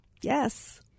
Yes